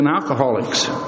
alcoholics